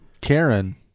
Karen